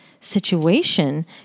situation